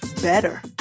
better